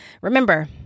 remember